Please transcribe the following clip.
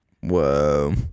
Whoa